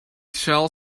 shall